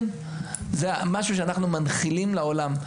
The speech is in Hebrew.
זה משהו שאנחנו מנחילים לעולם,